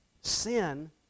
Sin